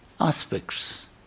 aspects